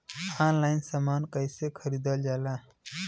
Online समान कैसे खरीदल जाला?